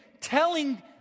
telling